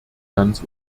ganz